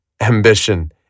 ambition